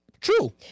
True